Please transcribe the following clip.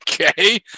Okay